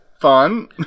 fun